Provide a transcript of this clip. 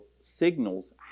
signals